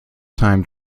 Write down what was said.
time